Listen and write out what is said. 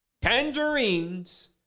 tangerines